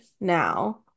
now